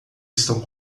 estão